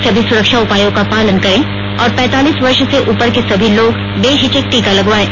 सभी सुरक्षा उपायों का पालन करें और पैंतालीस वर्ष से उपर के सभी लोग बेहिचक टीका लगवायें